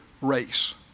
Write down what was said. race